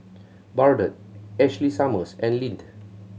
Bardot Ashley Summers and Lindt